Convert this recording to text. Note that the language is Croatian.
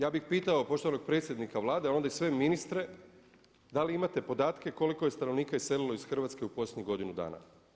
Ja bih pitao poštovanog predsjednika Vlade, a onda i sve ministre da li imate podatke koliko je stanovnika iselilo iz Hrvatske u posljednjih godinu dana?